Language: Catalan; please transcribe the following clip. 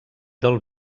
del